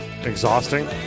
Exhausting